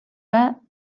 pas